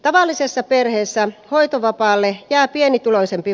halisissa perheissä hoitovapaalle jää pienituloisempi